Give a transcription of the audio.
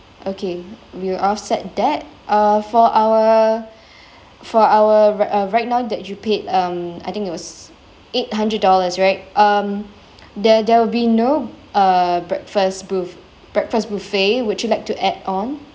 okay we'll offset that uh for our for our uh right now that you paid um I think it was eight hundred dollars right um there there will be no uh breakfast buf~ breakfast buffet would you like to add on